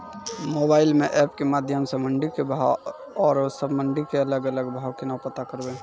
Mobile म app के माध्यम सऽ मंडी के भाव औरो सब मंडी के अलग अलग भाव केना पता करबै?